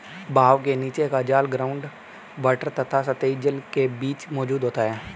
बहाव के नीचे का जल ग्राउंड वॉटर तथा सतही जल के बीच मौजूद होता है